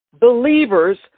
believers